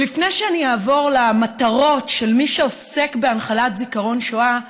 ולפני שאני אעבור למטרות של מי שעוסק בהנחלת זיכרון שואה,